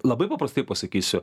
labai paprastai pasakysiu